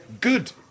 good